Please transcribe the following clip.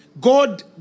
God